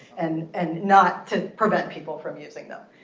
and and not to prevent people from using them.